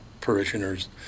parishioners